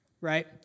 right